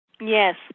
Yes